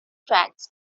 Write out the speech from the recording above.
tracks